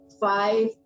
five